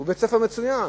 הוא בית-ספר מצוין.